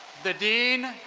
the dean